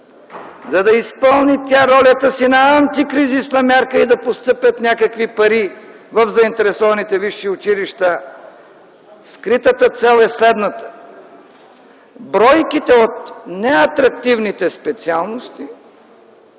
за да изпълни тя ролята си на антикризисна мярка и да постъпят някакви пари в заинтересованите висши училища, скритата цел е следната: бройките от неатрактивните специалности